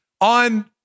on